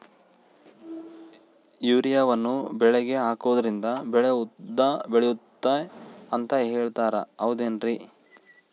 ಯೂರಿಯಾವನ್ನು ಬೆಳೆಗೆ ಹಾಕೋದ್ರಿಂದ ಬೆಳೆ ಉದ್ದ ಬೆಳೆಯುತ್ತೆ ಅಂತ ಹೇಳ್ತಾರ ಹೌದೇನ್ರಿ?